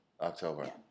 October